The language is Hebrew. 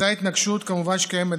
זאת התנגשות שקיימת,